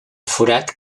forat